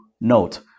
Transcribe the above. note